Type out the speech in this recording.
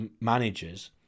managers